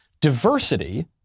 diversity